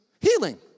healing